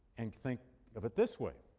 and think of it this way.